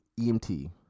EMT